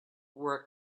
were